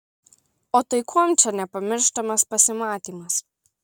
o tai kuom čia nepamirštamas pasimatymas